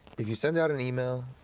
if you send out an email,